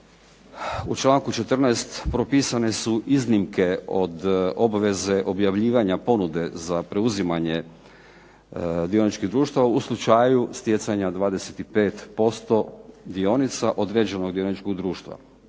u članku 14. propisane su iznimke od obveze objavljivanja ponude za preuzimanje dioničkih društava u slučaju stjecanja 25% dionica određenog dioničkog društva.